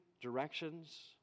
directions